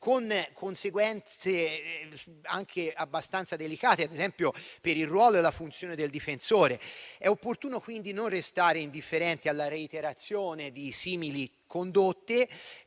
con conseguenze anche abbastanza delicate, ad esempio per il ruolo e la funzione del difensore. È pertanto opportuno non restare indifferenti alla reiterazione di simili condotte